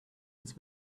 this